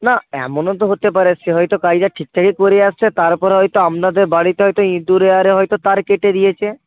না এমনও তো হতে পারে সে হয়তো কাজটা ঠিকঠাকই করে আসছে তারপর হয়তো আপনাদের বাড়িতে হয়তো ইঁদুরে আরে হয়তো তার কেটে দিয়েছে